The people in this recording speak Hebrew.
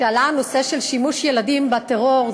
כשעלה הנושא של שימוש בילדים בטרור,